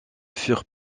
furent